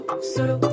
solo